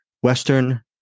Western